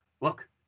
look